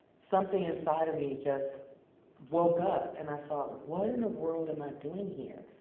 something inside of me just woke up. and i thought, what in the world am i doing here?